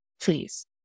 please